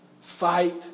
Fight